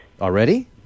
Already